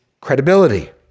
credibility